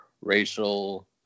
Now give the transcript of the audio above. racial